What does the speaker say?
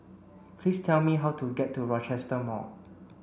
please tell me how to get to Rochester Mall